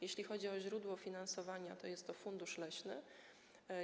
Jeśli chodzi o źródło finansowania, to jest to fundusz leśny.